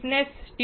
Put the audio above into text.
stiffness